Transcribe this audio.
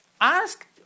Ask